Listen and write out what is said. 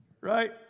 right